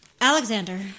Alexander